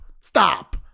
stop